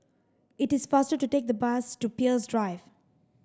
it is faster to take the bus to Peirce Drive